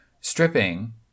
stripping